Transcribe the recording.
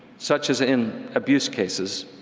such as in abuse cases,